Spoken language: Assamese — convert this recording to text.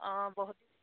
অঁ বহুত